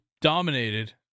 dominated